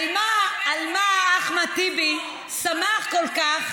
על מה אחמד טיבי שמח כל כך?